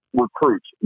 recruits